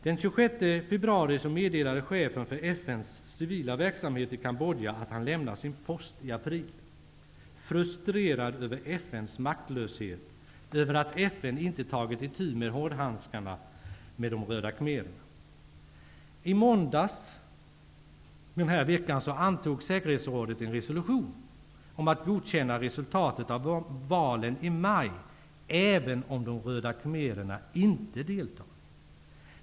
Den 26 februari meddelade chefen för FN:s civila verksamhet i Kambodja att han lämnar sin post i april, frustrerad över FN:s maktlöshet, över att FN inte tagit itu med hårdhandskarna med de röda khmererna. I måndags antog säkerhetsrådet en resolution om att godkänna resultatet av valen i maj, även om de röda khmererna inte deltar.